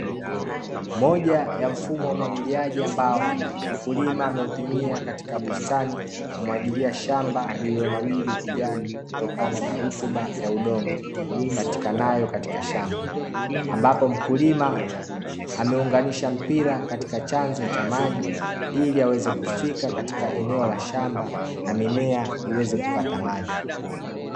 Moja ya mfumo wa umwagiliaji ambao, mkulima ameutumia katika bustani kumwagilia shamba lililo nawiri ukijani, kutokana na rutuba ya udongo ipatikanayo katika shamba, ambapo mkulima ameunganisha mpira katika chanzo cha maji, ili aweze kufika katika eneo la shamba na mimea iweze kupata maji.